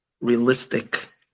realistic